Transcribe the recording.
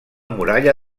muralla